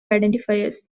identifiers